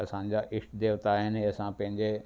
असांजा इष्टदेवता आहिनि ऐं असां पंहिंजे